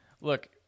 look